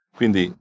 Quindi